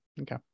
Okay